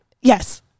Yes